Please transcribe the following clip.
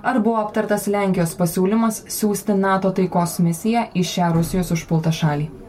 ar buvo aptartas lenkijos pasiūlymas siųsti nato taikos misiją į šią rusijos užpultą šalį